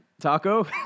Taco